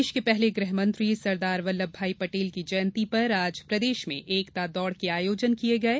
देश के पहले गृहमंत्री सरदार वल्लभ भाई पटेल की जयंती पर आज प्रदेश में एकता दौड़ के आयोजन किये गये